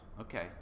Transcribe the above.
Okay